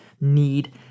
need